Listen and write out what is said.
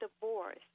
divorce